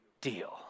deal